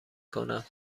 کنم